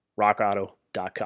rockauto.com